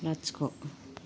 लाथिख'